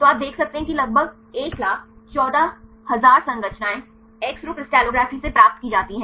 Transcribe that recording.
तो आप देख सकते हैं कि लगभग 114000 संरचनाएं एक्स रे क्रिस्टलोग्राफी से प्राप्त की जाती हैं